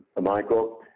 Michael